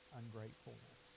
ungratefulness